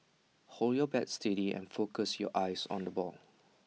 hold your bat steady and focus your eyes on the ball